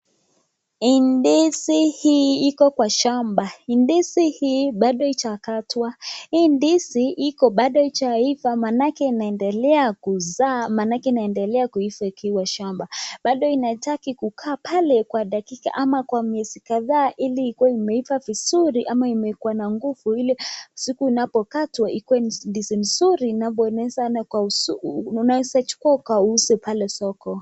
Ndizi hii iko kwa shamba. Ndizi hii bado haijakatwa. Hii ndizi iko bado haijaiva, maanake inaendelea kuzaa, maanake inaendelea kuiva ikiwa shamba. Bado inahitaji kukaa pale kwa dakika ama kwa miezi kadhaa ili iwe imeiva vizuri ama imekuwa na nguvu. Ile siku unapokatwa iwe ndizi nzuri ambayo unaweza uchukue ukauze pale soko.